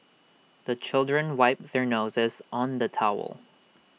the children wipe their noses on the towel